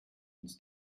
ins